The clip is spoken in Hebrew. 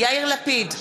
יאיר לפיד,